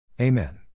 Amen